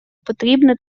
потрібна